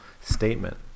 statement